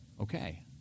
okay